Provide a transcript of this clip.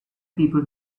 people